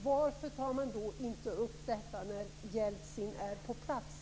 Varför tar man inte upp denna fråga när Jeltsin är på plats?